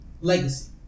legacy